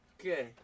Okay